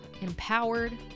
empowered